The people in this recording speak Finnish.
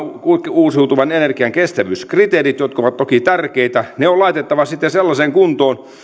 uusiutuvan energian kestävyyskriteerit jotka ovat toki tärkeitä ja ne on laitettava sitten sellaiseen kuntoon